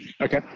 Okay